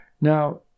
Now